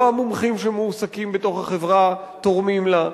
לא המומחים שמועסקים בתוך החברה תורמים לה,